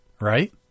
Right